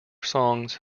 songs